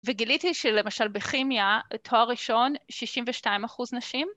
וגיליתי שלמשל בכימיה, תואר ראשון, 62 אחוז נשים..